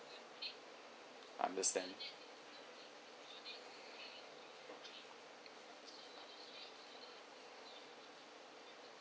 understand